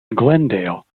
glendale